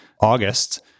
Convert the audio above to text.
August